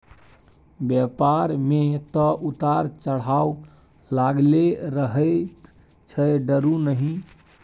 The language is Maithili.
बेपार मे तँ उतार चढ़ाव लागलै रहैत छै डरु नहि